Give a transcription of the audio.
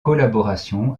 collaboration